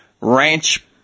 ranch